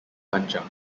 panjang